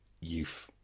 youth